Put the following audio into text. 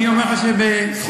אני אומר לך שזו זכות,